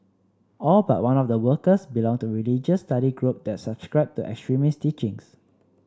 all but one of the workers belonged to a religious study group that subscribed to extremist teachings